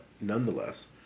nonetheless